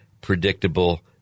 predictable